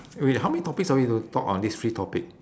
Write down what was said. wait wait how many topics are we to talk on this free topic